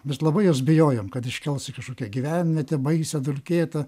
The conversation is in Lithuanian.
mes labai jos bijojom kad iškels į kažkokią gyvenvietę baisią dulkėtą